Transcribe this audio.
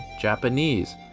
Japanese